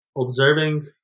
observing